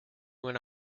went